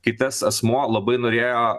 kai tas asmuo labai norėjo